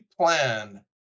plan